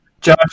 Josh